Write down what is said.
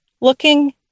looking